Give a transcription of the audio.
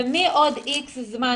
ומעוד איקס זמן,